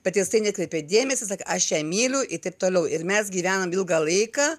bet jisai neatkreipė dėmesio sakė aš ją myliu ir taip toliau ir mes gyvenom ilgą laiką